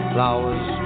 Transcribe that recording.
Flowers